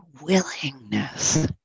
willingness